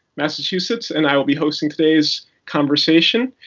massachusetts. and i will be hosting today's conversation.